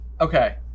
Okay